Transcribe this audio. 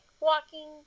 walking